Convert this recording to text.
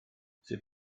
sut